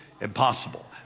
impossible